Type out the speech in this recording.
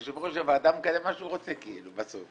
יושב ראש הוועדה מקדם מה שהוא רוצה כאילו בסוף.